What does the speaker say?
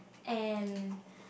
and